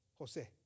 José